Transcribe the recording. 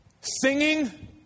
singing